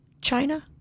China